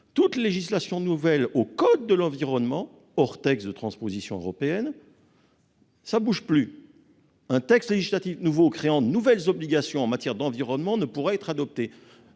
les législations nouvelles au code de l'environnement, hors textes de transposition européenne, assurent une stabilité normative. Ainsi, un texte législatif nouveau créant de nouvelles obligations en matière d'environnement ne pourra être adopté.